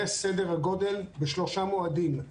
זה סדר הגודל של שלושת המועדים.